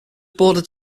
bordered